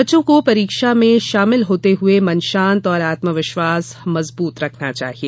बच्चों को परीक्षा में शामिल होते हुए मन शांत और आत्मविश्वास मजबूत रखना चाहिए